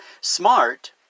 Smart